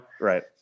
right